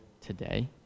today